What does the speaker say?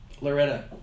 Loretta